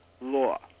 law